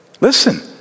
listen